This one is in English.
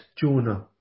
Jonah